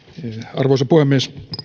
arvoisa puhemies